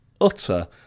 utter